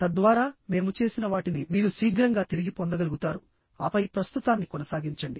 తద్వారా మేము చేసిన వాటిని మీరు శీఘ్రంగా తిరిగి పొందగలుగుతారు ఆపై ప్రస్తుతాన్ని కొనసాగించండి